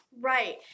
Right